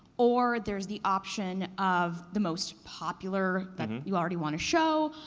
or there's the option of the most popular that and you already wanna show,